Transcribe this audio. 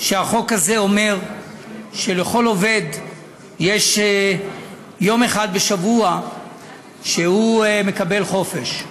והחוק הזה אומר שלכל עובד יש יום אחד בשבוע שבו הוא מקבל חופש: